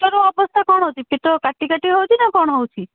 ଅବସ୍ଥା କ'ଣ ଅଛି ପେଟ କାଟି କାଟି ହେଉଛି ନା କ'ଣ ହେଉଛି